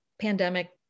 pandemic